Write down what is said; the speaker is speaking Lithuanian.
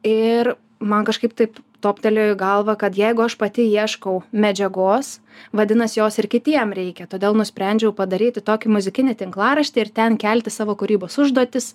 ir man kažkaip taip toptelėjo į galvą kad jeigu aš pati ieškau medžiagos vadinas jos ir kitiems reikia todėl nusprendžiau padaryti tokį muzikinį tinklaraštį ir ten kelti savo kūrybos užduotis